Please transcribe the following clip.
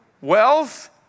wealth